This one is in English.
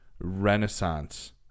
renaissance